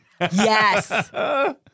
Yes